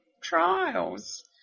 trials